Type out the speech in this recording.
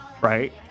right